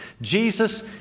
Jesus